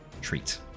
treat